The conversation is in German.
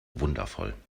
wundervoll